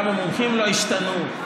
גם המומחים לא השתנו.